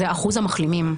זה אחוז המחלימים.